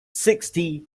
sixty